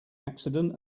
accident